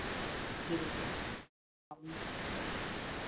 जी